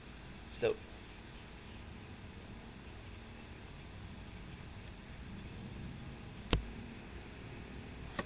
it's the